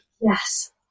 Yes